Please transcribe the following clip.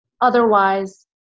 Otherwise